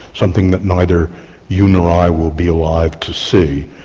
something that neither you nor i will be alive to see,